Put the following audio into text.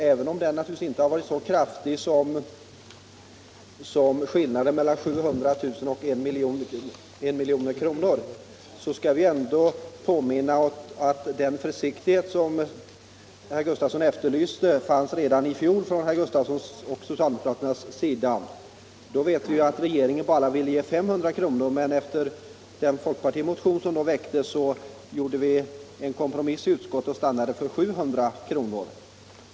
Även om denna naturligtvis inte har varit så kraftig som skillnaden mellan 700 000 och 1 milj.kr., skall vi ändå påminna oss om att den försiktighet som herr Gustafsson efterlyste fanns redan i fjol hos herr Gustafsson och socialdemokraterna. Vi vet att regeringen då ville ge bara 500 000 kr., men efter den folkpartimotion som vid det tillfället väcktes genomfördes en kompromiss i utskottet, som stannade för 700 000 kr.